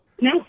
No